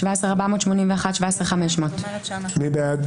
17,121 עד 17,140. מי בעד?